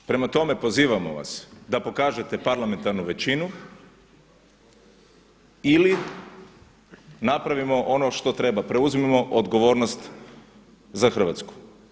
Prema tome pozivamo vas da pokažete parlamentarnu većinu ili napravimo ono što treba, preuzmimo odgovornost za Hrvatsku.